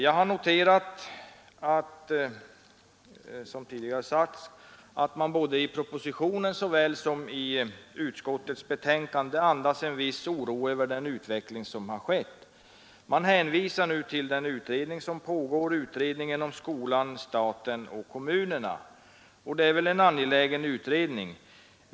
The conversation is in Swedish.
Jag har, som jag tidigare nämnt, noterat att man såväl i propositionen som i utskottets betänkande andas en viss oro över den utveckling som skett. Man hänvisar nu till den utredning som pågår, dvs. utredning om skolan, staten och kommunerna. Det är en angelägen utredning.